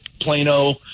plano